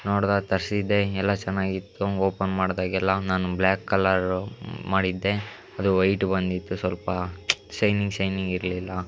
ನೋಡ್ದೆ ತರಿಸಿದ್ದೆ ಎಲ್ಲ ಚೆನ್ನಾಗಿತ್ತು ಓಪನ್ ಮಾಡಿದಾಗೆಲ್ಲ ನಾನು ಬ್ಲ್ಯಾಕ್ ಕಲರು ಮಾಡಿದ್ದೆ ಅದು ವೈಟ್ ಬಂದಿತ್ತು ಸ್ವಲ್ಪ ಶೈನಿಂಗ್ ಶೈನಿಂಗ್ ಇರಲಿಲ್ಲ